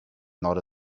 not